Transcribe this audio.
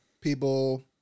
people